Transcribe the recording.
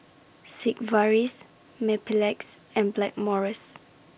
Sigvaris Mepilex and Blackmores